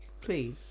please